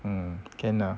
mm can lah